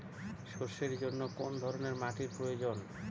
সরষের জন্য কোন ধরনের মাটির প্রয়োজন?